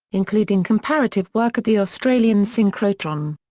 including comparative work at the australian synchrotron.